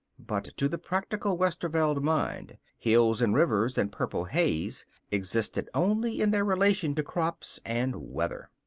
but to the practical westerveld mind, hills and rivers and purple haze existed only in their relation to crops and weather.